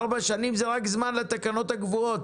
ארבע שנים זה רק זמן לתקנות הקבועות,